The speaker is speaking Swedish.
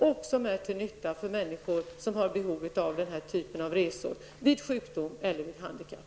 Detta är till nytta för människor som har behov av den här typen av resor vid sjukdom eller vid handikapp.